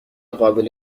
قابل